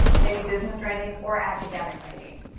maybe business writing, or academic writing.